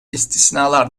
istisnalar